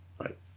Right